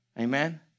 Amen